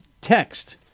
text